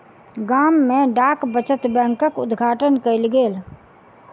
गाम में डाक बचत बैंकक उद्घाटन कयल गेल